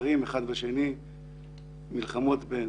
מתחרים אחד בשני ומנהלי מלחמות.